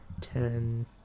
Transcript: ten